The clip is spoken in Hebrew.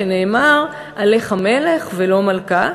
שנאמר עליך מלך ולא מלכה",